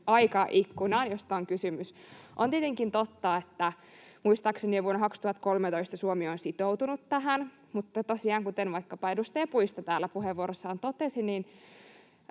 aikaikkunaan, josta on kysymys: On tietenkin totta, että — muistaakseni jo vuonna 2013 — Suomi on sitoutunut tähän mutta tosiaan, kuten vaikkapa edustaja Puisto täällä puheenvuorossaan totesi,